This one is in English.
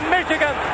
Michigan